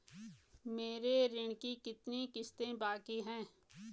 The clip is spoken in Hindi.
मेरे ऋण की कितनी किश्तें बाकी हैं?